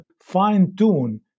fine-tune